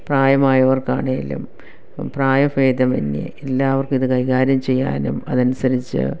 പ്രായമായവർക്കാണേലും പ്രായഭേദമന്യേ എല്ലാവർക്കും ഇത് കൈകാര്യം ചെയ്യാനും അത് അനുസരിച്ച്